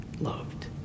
loved